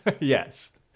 Yes